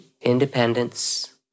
Independence